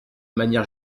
manière